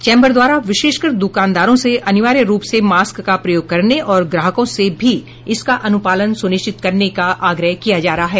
chamber द्वारा विशेषकर द्कानदारों से अनिवार्य रूप से मास्क का प्रयोग करने और ग्राहकों से भी इसका अनुपालन सुनिश्चित करने का आग्रह किया जा रहा है